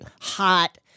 hot